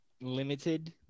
limited